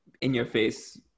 in-your-face